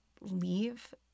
leave